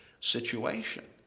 situation